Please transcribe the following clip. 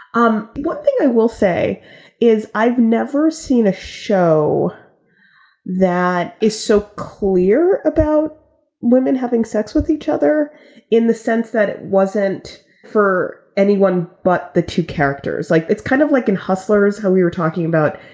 um what i will say is i've never seen a show that is so clear about women having sex with each other in the sense that it wasn't for anyone but the two characters. like it's kind of like an hustler's who we were talking about.